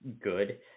good